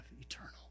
eternal